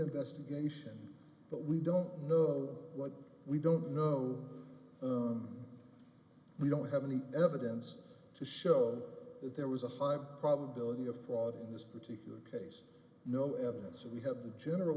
investigation but we don't know what we don't know them we don't have any evidence to show that there was a high probability of fraud in this particular case no evidence that we have the general